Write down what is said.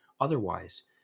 Otherwise